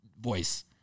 voice